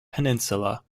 peninsula